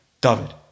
David